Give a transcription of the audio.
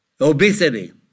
obesity